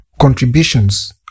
contributions